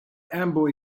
amboy